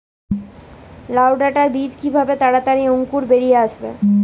লাউ ডাটা বীজ কিভাবে তাড়াতাড়ি অঙ্কুর বেরিয়ে আসবে?